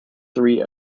three